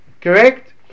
Correct